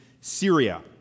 Syria